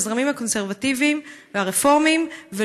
לזרמים הקונסרבטיביים והרפורמיים,